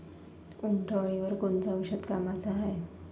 उंटअळीवर कोनचं औषध कामाचं हाये?